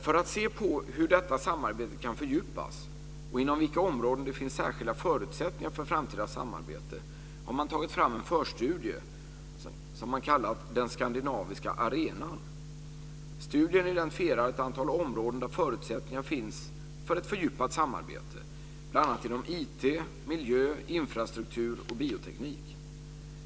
För att titta närmare på hur detta samarbete kan fördjupas och inom vilka områden det finns särskilda förutsättningar för framtida samarbete har man tagit fram en förstudie som man kallat Den skandinaviska arenan. Studien identifierar ett antal områden där förutsättningar finns för ett fördjupat samarbete, bl.a. inom IT, miljö, infrastruktur och bioteknik.